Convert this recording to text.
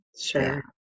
Sure